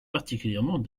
particulièrement